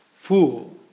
Fool